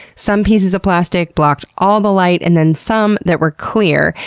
some pieces of plastic blocked all the light, and then some that were clear.